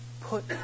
put